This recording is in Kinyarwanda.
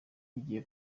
igiye